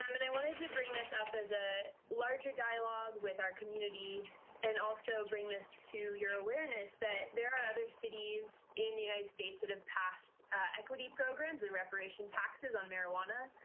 um and i wanted to bring this up as a larger dialogue with our community and also bring this to your awareness that there are other cities in the united states that have and passed equity programs and reparation taxes on marijuana